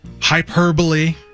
Hyperbole